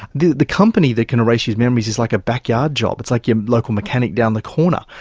the the company that can erase his memories is like a backyard job, it's like your local mechanic down the corner,